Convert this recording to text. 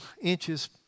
inches